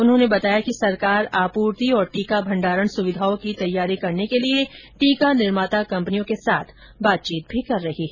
उन्होंने बताया कि सरकार आपूर्ति और टीका भंडारण सुविधाओं की तैयारी करने के लिए टीका निर्माता कंपनियों के साथ बातचीत भी कर रही है